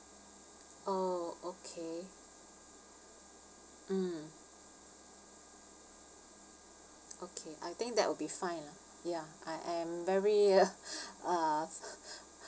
oh okay mm okay I think that will be fine lah ya I I'm very uh